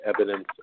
evidence